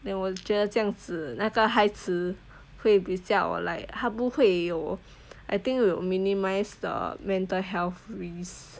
then 我觉得这样子那个孩子会比较 like 他不会有 I think will minimise the mental health risk